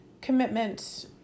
commitment